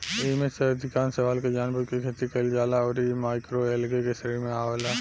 एईमे से अधिकांश शैवाल के जानबूझ के खेती कईल जाला अउरी इ माइक्रोएल्गे के श्रेणी में आवेला